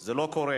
זה לא קורה.